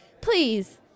Please